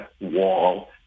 wall